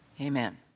Amen